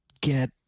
get